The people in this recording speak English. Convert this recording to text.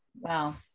Wow